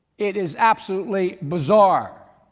it is absolutely bizarre.